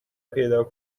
پیدا